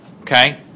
Okay